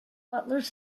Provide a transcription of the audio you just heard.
butlers